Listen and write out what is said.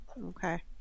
Okay